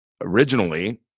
originally